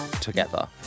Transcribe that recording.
together